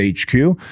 HQ